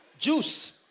juice